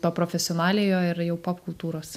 to profesionaliojo ir jau popkultūros